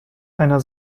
einer